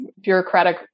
bureaucratic